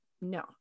no